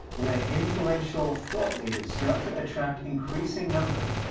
where influential thought leaders start to attract increasing numbers.